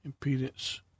impedance